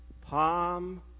Palm